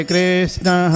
Krishna